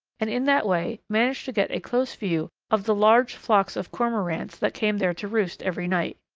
and in that way managed to get a close view of the large flocks of cormorants that came there to roost every night.